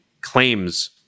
claims